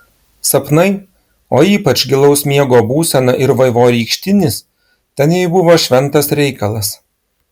sapnai o ypač gilaus miego būsena ir vaivorykštinis ten jai buvo šventas reikalas